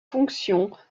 fonctions